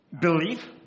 belief